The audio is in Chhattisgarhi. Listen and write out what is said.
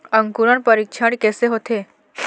अंकुरण परीक्षण कैसे होथे?